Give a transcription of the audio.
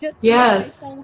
Yes